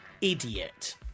Idiot